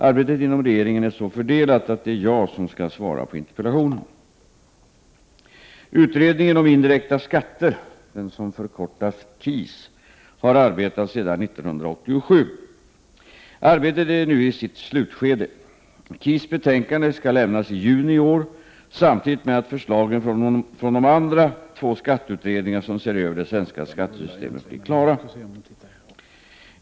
Arbetet inom regeringen är så fördelat att det är jag som skall svara på interpellationen. Utredningen om indirekta skatter har arbetat sedan 1987. Arbetet är nu i sitt slutskede. KIS betänkande skall lämnas i juni i år, samtidigt som förslagen från de andra två skatteutredningar som ser över det svenska skattesystemet blir klara.